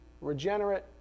regenerate